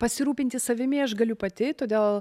pasirūpinti savimi aš galiu pati todėl